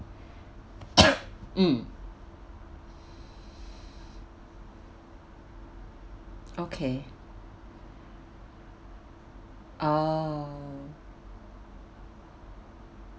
mm okay oh